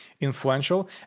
influential